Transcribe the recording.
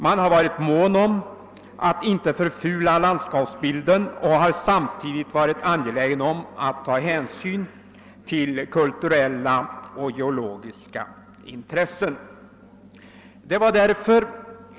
Man har varit mån om att inte förfula landskapsbilden och har samtidigt varit angelägen om att ta hänsyn till kulturella och geologiska intressen.